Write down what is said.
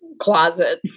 closet